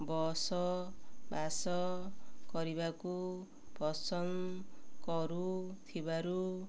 ବସବାସ କରିବାକୁ ପସନ୍ଦ କରୁଥିବାରୁ